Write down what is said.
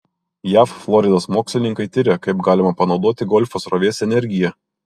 jav floridos mokslininkai tiria kaip galima panaudoti golfo srovės energiją